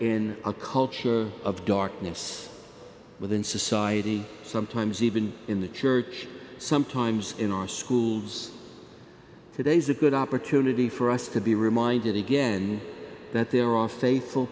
in a culture of darkness within society sometimes even in the church sometimes in our schools today's a good opportunity for us to be reminded again that